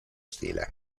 stile